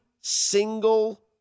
single